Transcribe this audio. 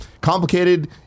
complicated